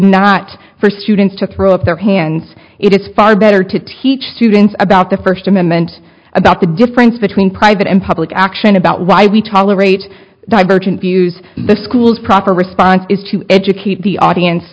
not for students to throw up their hands it is far better to teach students about the first amendment about the difference between private and public action about why we tolerate divergent views the school's proper response is to educate the audience